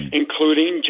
including